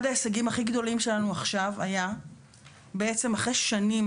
אחד ההישגים הכי גדולים שלנו עכשיו היה בעצם אחרי שנים